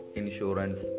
insurance